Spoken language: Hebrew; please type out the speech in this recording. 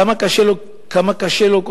כמה קשה לו,